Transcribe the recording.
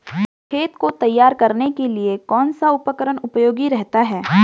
खेत को तैयार करने के लिए कौन सा उपकरण उपयोगी रहता है?